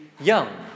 young